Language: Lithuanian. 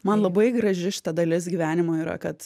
man labai graži šita dalis gyvenimo yra kad